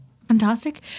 Fantastic